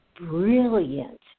brilliant